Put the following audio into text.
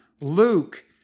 luke